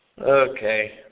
Okay